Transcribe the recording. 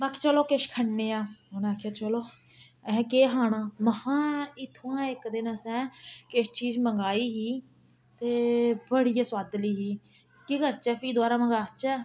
में आखेआ चलो किश खन्ने आं उनें आखेआ चलो अहें केह् खाना महां इत्थुआं इक दिन असें किश चीज मंगाई ही ते बड़ी गै सोआदली ही केह् करचै फ्ही दबारा मंगाचै